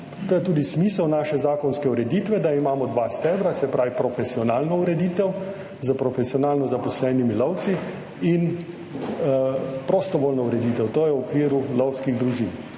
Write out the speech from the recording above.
To je tudi smisel naše zakonske ureditve, da imamo dva stebra, se pravi, profesionalno ureditev s profesionalno zaposlenimi lovci in prostovoljno ureditev, to je v okviru lovskih družin.